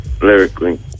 Lyrically